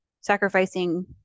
sacrificing